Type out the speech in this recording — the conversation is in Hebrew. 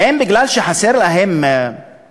האם משום שחסרות להם תעודות?